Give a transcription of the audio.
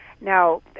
Now